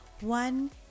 one